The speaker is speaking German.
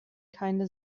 keine